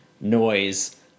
noise